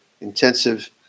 intensive